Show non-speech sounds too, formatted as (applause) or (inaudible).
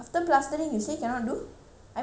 I mean (noise) can lah but not good to do right